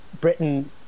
Britain